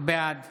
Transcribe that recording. בעד